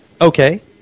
Okay